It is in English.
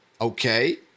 Okay